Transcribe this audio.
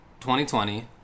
2020